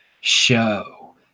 Show